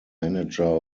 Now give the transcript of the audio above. manager